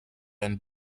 ein